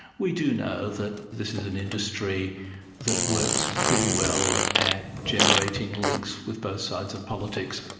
we do know that this is an industry that works pretty well at generating links with both sides of politics.